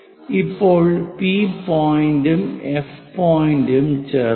ഇപ്പോൾ പി പോയിൻറ്റും എഫ് പോയിൻറ്റും ചേർക്കുക